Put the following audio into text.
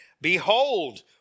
behold